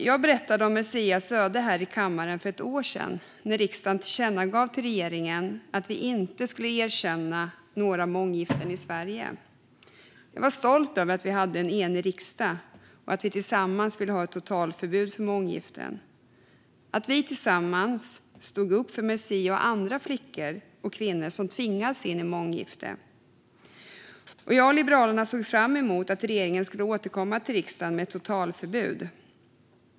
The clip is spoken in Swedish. Jag berättade om Marziehs öde här i kammaren för ett år sedan, när riksdagen tillkännagav för regeringen att vi inte skulle erkänna några månggiften i Sverige. Jag var stolt över att vi hade en enig riksdag, att vi tillsammans ville ha ett totalförbud för månggiften och att vi tillsammans stod upp för Marzieh och andra flickor och kvinnor som tvingats in i månggifte. Jag och Liberalerna såg fram emot att regeringen skulle återkomma till riksdagen med ett totalförbud.